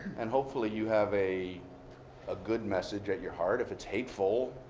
and hopefully, you have a ah good message at your heart. if it's hateful,